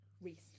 Reese